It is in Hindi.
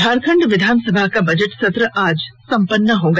झारखंड विधानसभा का बजट सत्र आज संम्पन हो गया